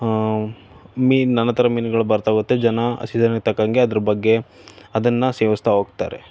ಮೀನು ನಾನಾ ಥರ ಮೀನುಗಳು ಬರ್ತಾಹೋಗತ್ತೆ ಜನ ಸೀಸನ್ನಿಗೆ ತಕ್ಕಂಗೆ ಅದರ ಬಗ್ಗೆ ಅದನ್ನು ಸೇವಿಸ್ತಾಹೋಗ್ತಾರೆ